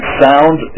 sound